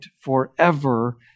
forever